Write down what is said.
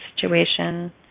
situation